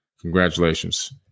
congratulations